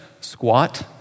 Squat